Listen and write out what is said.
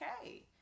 okay